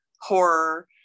horror